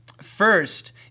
First